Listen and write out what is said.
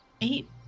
eight